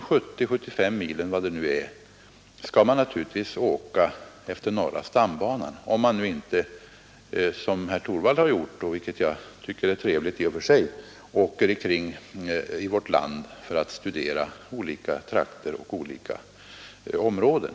De 70—75 milen — eller vad det nu kan vara — skall man givetvis resa på norra stambanan, om man inte som herr Torwald gjort och som jag tycker är trevligt i och för sig — reser omkring i vårt land för att studera olika trakter och områden.